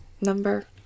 number